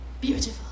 beautiful